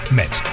met